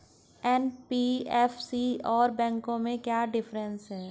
NBFC और बैंकों में क्या डिफरेंस है?